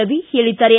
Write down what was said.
ರವಿ ಹೇಳಿದ್ದಾರೆ